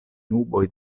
nuboj